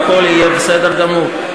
והכול יהיה בסדר גמור.